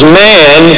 man